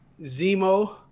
Zemo